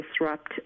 disrupt